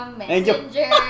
Messenger